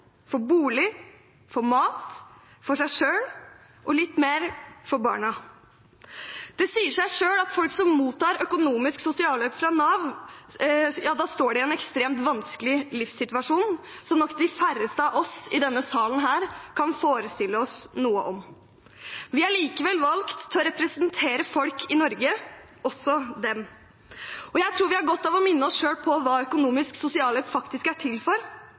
for en hel måned – til bolig, til mat, til seg selv og litt mer til barna. Det sier seg selv at folk som mottar økonomisk sosialhjelp fra Nav, står i en ekstremt vanskelig livssituasjon som de færreste av oss i denne salen kan forestille oss. Vi er likevel valgt til å representere folk i Norge, også dem. Jeg tror vi har godt av å minne oss selv om hva økonomisk sosialhjelp faktisk er til for,